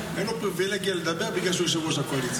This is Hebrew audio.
בדבר חלוקה ופיצול של הצעת חוק התוכנית המאזנת